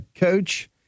Coach